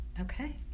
Okay